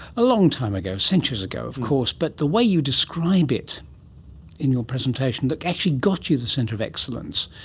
a long time ago, centuries ago of course but the way you describe it in your presentation that actually got you the centre of excellence,